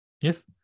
Yes